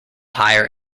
higher